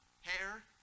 hair